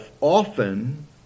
often